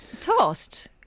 Tossed